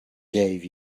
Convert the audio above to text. gave